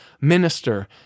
minister